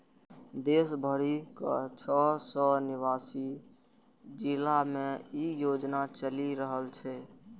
देश भरिक छह सय नवासी जिला मे ई योजना चलि रहल छै